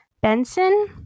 Benson